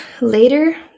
Later